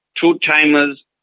two-timers